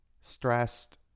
stressed